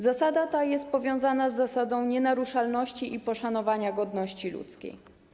Zasada ta jest powiązana z zasadą nienaruszalności i poszanowania godności ludzkiej.